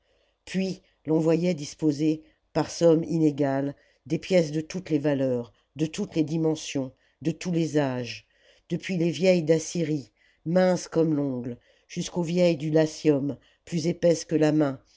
puis l'on voyait disposées par sommes inégales des pièces de toutes les valeurs de toutes les dimensions de tous les âges depuis les vieilles d'assyrie minces comme l'ongle jusqu'aux vieilles du latium plus épaisses que la main